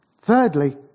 Thirdly